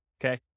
okay